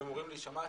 הן אמורות להישמע.